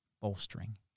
bolstering